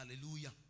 Hallelujah